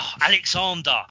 Alexander